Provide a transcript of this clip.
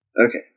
Okay